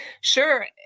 Sure